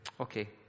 okay